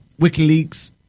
WikiLeaks